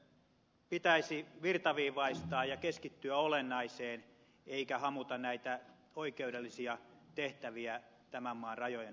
pitäisi virtaviivaistaa ja keskittyä olennaiseen eikä hamuta näitä oikeudellisia tehtäviä tämän maan rajojen ulkopuolelta